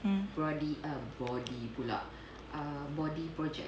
mm